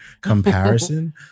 comparison